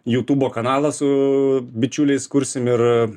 jutubo kanalą su bičiuliais kursim ir